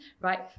Right